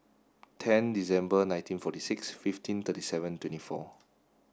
tenth December nineteen forty six fifteen thirty seven twenty four